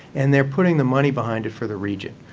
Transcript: and they're putting the money behind it for the region.